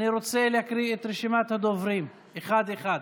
אני רוצה להקריא את רשימת הדוברים אחד-אחד: